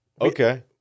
Okay